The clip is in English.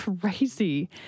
crazy